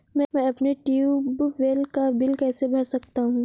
मैं अपने ट्यूबवेल का बिल कैसे भर सकता हूँ?